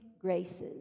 graces